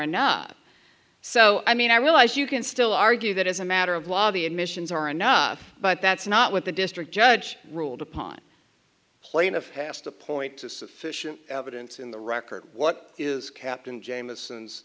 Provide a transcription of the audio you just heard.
not so i mean i realize you can still argue that as a matter of law the admissions are enough but that's not what the district judge ruled upon plaintiff has to point to sufficient evidence in the record what is captain j